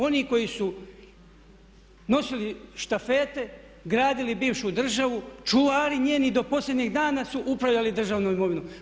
Oni koji su nosili štafete, gradili bivšu državu, čuvari njeni do posljednjeg dana su upravljali državnom imovinom.